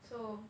so